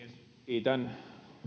kiitän